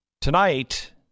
tonight